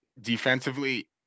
defensively